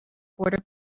border